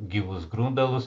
gyvus grundalus